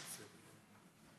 שבעה